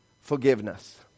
Forgiveness